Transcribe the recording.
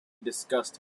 discussed